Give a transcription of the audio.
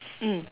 mm